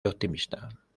optimista